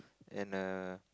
and a